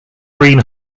green